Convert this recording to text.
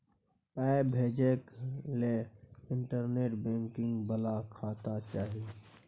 पाय भेजय लए इंटरनेट बैंकिंग बला खाता चाही